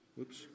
Oops